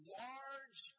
large